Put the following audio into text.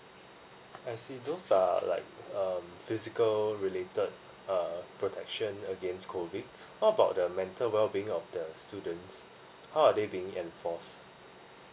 I see those are like um physical related uh protection against COVID how about the mental well being of the students how are they being enforced